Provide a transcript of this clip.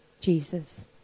Jesus